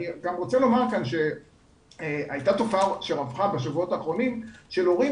אני רוצה לומר שהייתה תופעה שרווחה בשבועות האחרונים של הורים